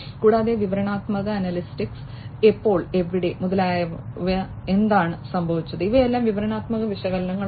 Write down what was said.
കൂടാതെ വിവരണാത്മക അനലിറ്റിക്സ് എപ്പോൾ എവിടെ മുതലായവ എന്താണ് സംഭവിച്ചത് ഇവയെല്ലാം വിവരണാത്മക വിശകലനങ്ങളാണ്